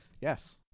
Yes